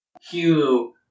Hugh